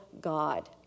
God